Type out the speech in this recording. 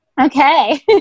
Okay